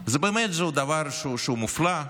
זה באמת דבר שהוא מופלא,